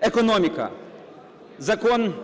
Економіка. Закон,